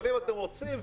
אבל אם אתם רוצים,